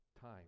Time